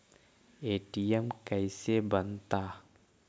ATM कैसे बनता?